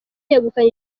yegukanye